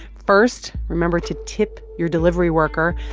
first, remember to tip your delivery worker.